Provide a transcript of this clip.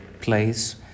place